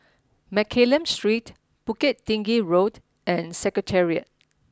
Mccallum Street Bukit Tinggi Road and Secretariat